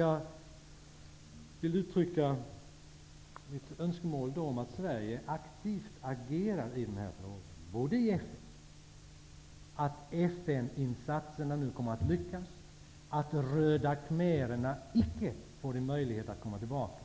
Jag vill uttrycka önskemål om att Sverige aktivt agerar i den här frågan, både i FN och på annat sätt, att FN-insatserna nu kommer att lyckas, att röda khmererna icke får möjlighet att komma tillbaka